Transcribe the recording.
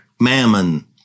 mammon